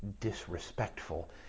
disrespectful